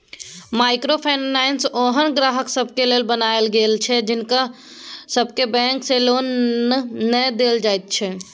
micro finance ओहेन ग्राहक सबके लेल बनायल गेल छै जिनका सबके बैंक से लोन नै देल जाइत छै